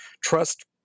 trust